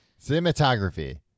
Cinematography